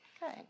Good